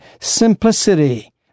Simplicity